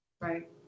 Right